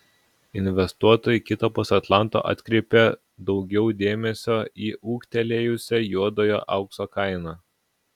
investuotojai kitapus atlanto atkreipė daugiau dėmesio į ūgtelėjusią juodojo aukso kainą